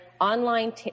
Online